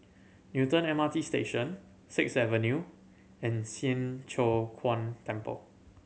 Newton M R T Station Sixth Avenue and Siang Cho Keong Temple